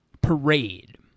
parade